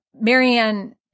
Marianne